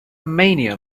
mania